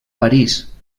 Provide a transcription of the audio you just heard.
parís